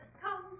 come